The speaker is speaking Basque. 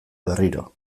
berriro